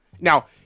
Now